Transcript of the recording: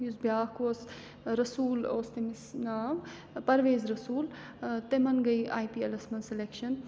یُس بیٛاکھ اوس رسوٗل اوس تٔمِس ناو پرویز رسوٗل تِمَن گٔے آی پی ایلَس منٛز سِلٮ۪کشَن